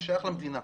זה שייך למדינה.